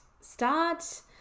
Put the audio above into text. start